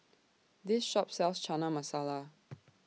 This Shop sells Chana Masala